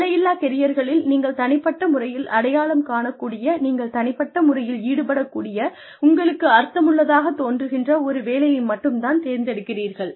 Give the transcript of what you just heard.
எல்லையில்லா கெரியர்களில் நீங்கள் தனிப்பட்ட முறையில் அடையாளம் காணக் கூடிய நீங்கள் தனிப்பட்ட முறையில் ஈடுபடக் கூடிய உங்களுக்கு அர்த்தமுள்ளதாகத் தோன்றுகின்ற ஒரு வேலையை மட்டுமே தான் தேர்ந்தெடுக்கிறீர்கள்